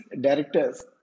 directors